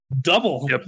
Double